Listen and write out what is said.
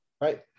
Right